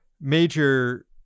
major